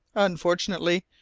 unfortunately,